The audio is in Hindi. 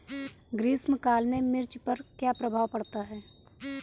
ग्रीष्म काल में मिर्च पर क्या प्रभाव पड़ता है?